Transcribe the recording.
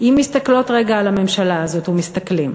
אם מסתכלים או מסתכלות על הממשלה הזאת אז